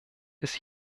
ist